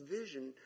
vision